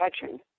touching